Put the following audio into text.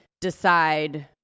decide